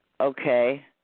okay